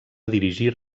dirigir